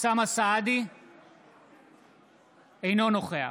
אינו נוכח